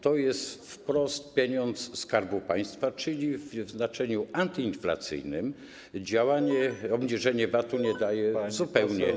To jest wprost pieniądz Skarbu Państwa, czyli w znaczeniu antyinflacyjnym to działanie, obniżenie VAT-u nie daje zupełnie nic.